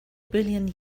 billion